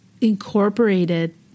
incorporated